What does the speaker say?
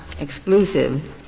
exclusive